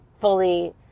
fully